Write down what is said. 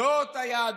זאת היהדות,